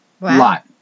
lot